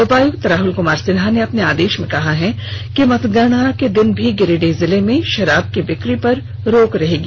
उपायुक्त राहुल कुमार सिन्हा ने अपने आदेश में कहा है कि मतगणना के दिन भी गिरिडीह जिले में शराब की बिक्री पर रोक रहेगी